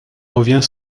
revient